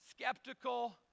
skeptical